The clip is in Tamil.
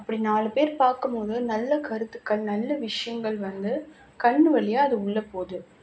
அப்படி நாலு பேர் பார்க்கமோது நல்ல கருத்துக்கள் நல்ல விஷயங்கள் வந்து கண்ணு வலியா அது உள்ள போது